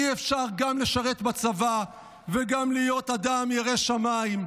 אי-אפשר גם לשרת בצבא וגם להיות אדם ירא שמיים?